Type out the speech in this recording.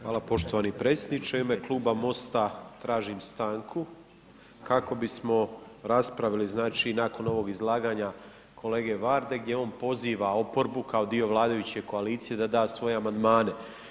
Hvala poštovani predsjedniče, u ime kluba MOST-a tražim stanku kako bismo raspravili, znači nakon ovog izlaganja kolege Varde gdje on poziva oporbu kao dio vladajuće koalicije da da svoje amandmane.